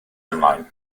ymlaen